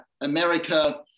america